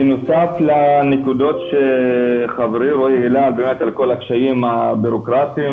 בנוסף לנקודות שחברי רועי העלה באמת על כל הקשיים הביורוקרטיים,